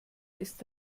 ist